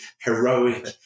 heroic